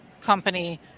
company